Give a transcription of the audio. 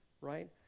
right